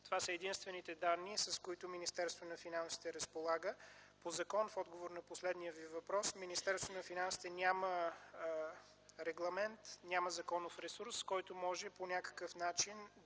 Това са единствените данни, с които Министерството на финансите разполага. По закон, в отговор на последния Ви въпрос, Министерството на финансите няма регламент, няма законов ресурс, който може по някакъв начин